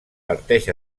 parteix